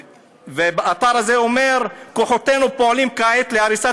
והאתר הזה אומר: "כוחותינו פועלים כעת להריסת